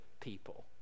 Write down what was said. people